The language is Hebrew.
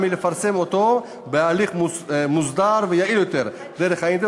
מלפרסם אותו בהליך מוסדר ויעיל יותר דרך האינטרנט,